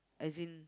as in